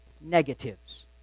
negatives